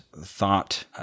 thought